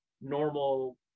normal